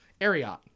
Ariat